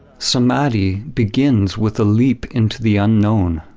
samadhi begins with a leap into the unknown.